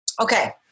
okay